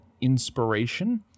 inspiration